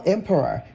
Emperor